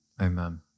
Amen